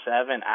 seven